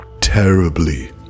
terribly